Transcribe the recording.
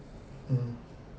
mm